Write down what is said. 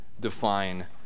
define